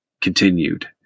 continued